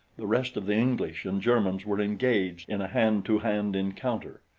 the rest of the english and germans were engaged in a hand-to-hand encounter,